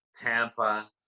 Tampa